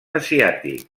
asiàtic